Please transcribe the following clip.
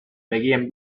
begien